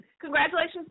Congratulations